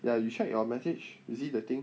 ya you check your message you see the thing